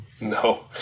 No